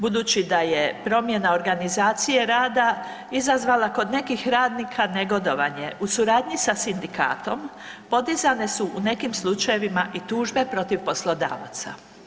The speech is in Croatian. Budući da je promjena organizacije rada izazvala kod nekih radnika negodovanje u suradnji sa sindikatom podizane su u nekim slučajevima i tužbe protiv poslodavaca.